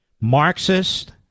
Marxist